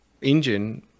engine